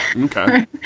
Okay